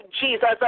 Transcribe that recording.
Jesus